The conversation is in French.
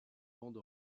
bande